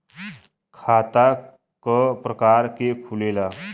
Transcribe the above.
खाता क प्रकार के खुलेला?